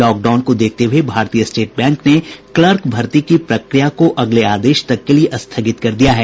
lockdown को देखते हुये भारतीय स्टेट बैंक ने क्लर्क भर्ती की प्रक्रिया को अगले आदेश तक के लिये स्थगित कर दिया है